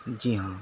جی ہاں